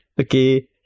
Okay